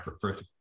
first